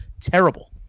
Terrible